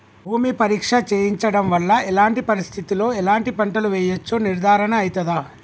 భూమి పరీక్ష చేయించడం వల్ల ఎలాంటి పరిస్థితిలో ఎలాంటి పంటలు వేయచ్చో నిర్ధారణ అయితదా?